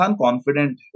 confident